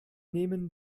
nehmen